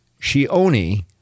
Shioni